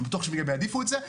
אני בטוח שהיא גם תעדיף את זה,